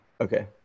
Okay